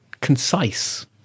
concise